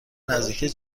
نزدیکی